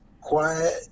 quiet